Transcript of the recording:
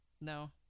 no